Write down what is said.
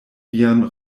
vian